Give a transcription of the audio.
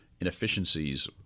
inefficiencies